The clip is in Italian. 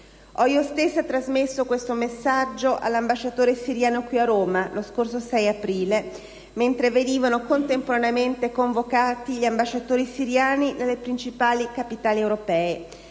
Ho io stessa trasmesso questo messaggio all'ambasciatore siriano qui a Roma lo scorso 6 aprile, mentre venivano contemporaneamente convocati gli ambasciatori siriani nelle principali capitali europee,